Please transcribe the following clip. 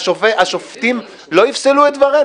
השופטים לא יפסלו את דברינו.